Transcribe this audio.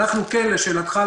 לשאלתך,